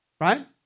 right